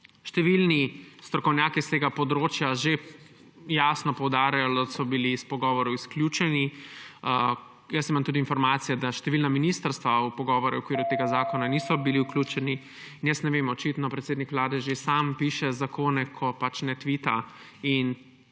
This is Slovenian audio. Številni strokovnjaki s tega področja že jasno poudarjajo, da so bili iz pogovorov izključeni. Jaz imam tudi informacije, da številna ministrstva v pogovore glede tega zakona niso bila vključena. Jaz ne vem, očitno predsednik Vlade že sam piše zakone, ko ne tvita.